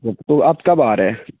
تو آپ کب آ رہے ہیں